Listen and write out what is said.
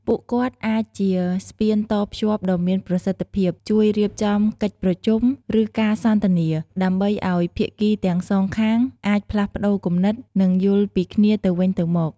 ពួកគាត់អាចជាស្ពានតភ្ជាប់ដ៏មានប្រសិទ្ធភាព ជួយរៀបចំកិច្ចប្រជុំ ឬការសន្ទនា ដើម្បីឲ្យភាគីទាំងសងខាងអាចផ្លាស់ប្តូរគំនិត និងយល់ពីគ្នាទៅវិញទៅមក។